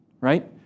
right